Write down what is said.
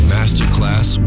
Masterclass